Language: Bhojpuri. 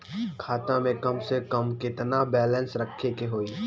खाता में कम से कम केतना बैलेंस रखे के होईं?